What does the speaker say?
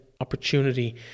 opportunity